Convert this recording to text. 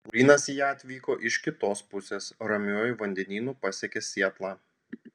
laurynas į ją atvyko iš kitos pusės ramiuoju vandenynu pasiekė sietlą